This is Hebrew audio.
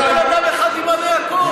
בן אדם ימנה הכול.